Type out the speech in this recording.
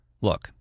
Look